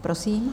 Prosím.